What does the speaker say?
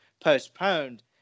postponed